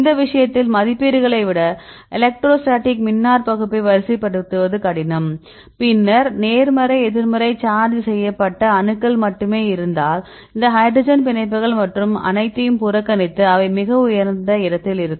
இந்த விஷயத்தில் மதிப்பீடுகளை விட எலக்ட்ரோஸ்டாடிக் மின்னாற்பகுப்பை வரிசைப்படுத்துவது கடினம் பின்னர் நேர்மறை எதிர்மறை சார்ஜ் செய்யப்பட்ட அணுக்கள் மட்டுமே இருந்தால் இந்த ஹைட்ரஜன் பிணைப்புகள் மற்றும் அனைத்தையும் புறக்கணித்து அவை மிக உயர்ந்த இடத்தில் இருக்கும்